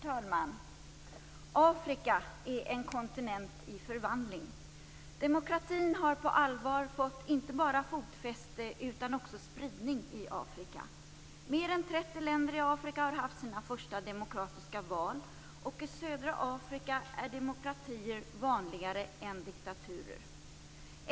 Herr talman! Afrika är en kontinent i förvandling. Demokratin har på allvar fått inte bara fotfäste utan också spridning i Afrika. Mer än 30 länder i Afrika har haft sina första demokratiska val, och i södra Afrika är demokratier vanligare än diktaturer.